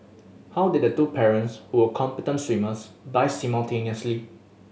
how did two parents who were competent swimmers die simultaneously